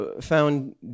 found